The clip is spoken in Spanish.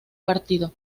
partido